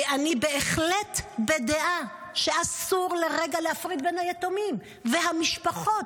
כי אני בהחלט בדעה שאסור לרגע להפריד בין היתומים והמשפחות.